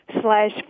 slash